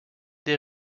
der